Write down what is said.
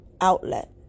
outlet